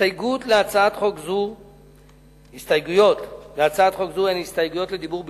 הסתייגויות להצעת חוק זו הן הסתייגויות לדיבור בלבד.